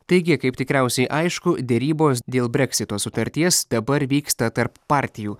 taigi kaip tikriausiai aišku derybos dėl breksito sutarties dabar vyksta tarp partijų